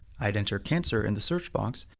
i'd enter cancer in the search box.